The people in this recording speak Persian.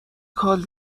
کال